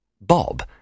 Bob